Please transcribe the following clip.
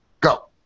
go